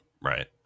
Right